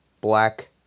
black